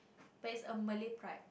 base on Malay pride